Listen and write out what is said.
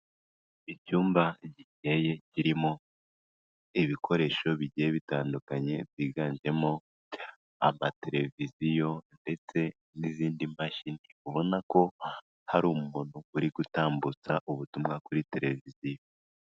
Icyumba gikeye kirimo ibikoresho bigiye bitandukanye byiganjemo amateleviziyo ndetse n'izindi mashini, ubona ko hari umuntu uri gutambutsa ubutumwa kuri televiziyo.